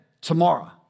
tomorrow